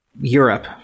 Europe